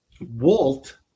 Walt